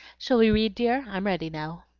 shall we read, dear? i'm ready now.